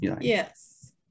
yes